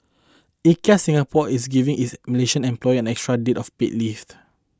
IKEA Singapore is giving its Malaysian employees an extra day of paid list